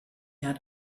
had